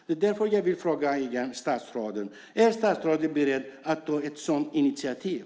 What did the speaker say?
Därför vill jag åter fråga statsrådet: Är statsrådet beredd att ta ett sådant initiativ?